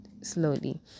slowly